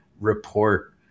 report